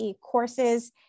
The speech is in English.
courses